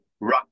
rock